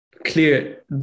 clear